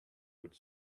would